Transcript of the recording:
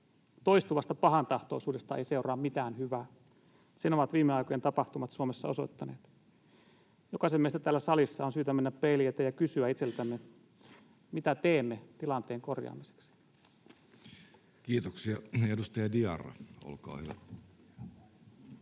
Toistuvasta pahantahtoisuudesta ei seuraa mitään hyvää. Sen ovat viime aikojen tapahtumat Suomessa osoittaneet. Jokaisen meistä täällä salissa on syytä mennä peilin eteen ja kysyä itseltämme: mitä teemme tilanteen korjaamiseksi? Kiitoksia. — Edustaja Diarra, olkaa hyvä.